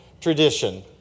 tradition